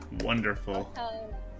Wonderful